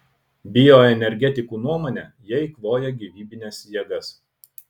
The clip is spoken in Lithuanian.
bioenergetikų nuomone jie eikvoja gyvybines jėgas